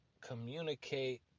communicate